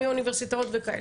מאוניברסיטאות וכאלה.